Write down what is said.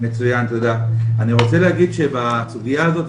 אני רוצה להגיד שבסוגייה הזאת,